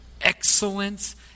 Excellence